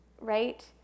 Right